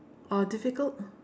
or difficult